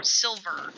silver